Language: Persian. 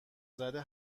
زده